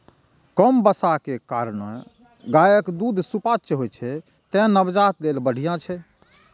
कम बसा के कारणें गायक दूध सुपाच्य होइ छै, तें नवजात लेल बढ़िया छै